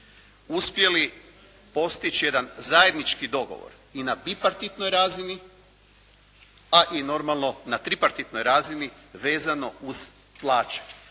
uspjeli postići jedan zajednički dogovor i na bipartitnoj razini a i normalno na tripartitnoj razini vezano uz plaće.